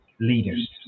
leaders